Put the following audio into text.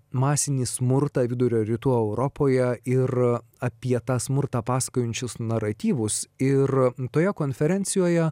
masinį smurtą vidurio ir rytų europoje ir apie tą smurtą pasakojančius naratyvus ir toje konferencijoje